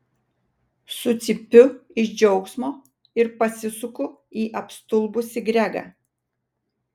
sucypiu iš džiaugsmo ir pasisuku į apstulbusį gregą